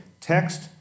Text